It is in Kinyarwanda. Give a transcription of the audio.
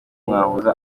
wamuha